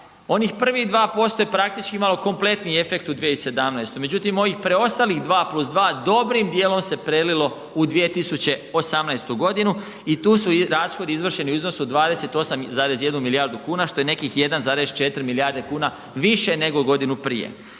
onih prvih 2% je praktički imalo kompletniji efekt u 2017., međutim ovih preostalih 2+2 dobrim dijelom se prelilo u 2018.g. i tu su rashodi izvršeni u iznosu od 28,1 milijardu kuna, što je nekih 1,4 milijarde kuna više nego godinu prije,